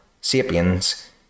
sapiens